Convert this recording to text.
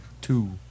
Two